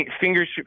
fingers